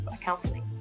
counseling